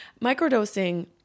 Microdosing